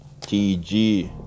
TG